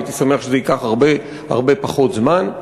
הייתי שמח אם זה ייקח הרבה הרבה פחות זמן.